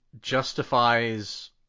justifies